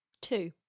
Two